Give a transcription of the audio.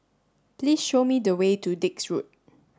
please show me the way to Dix Road